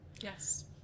Yes